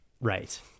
Right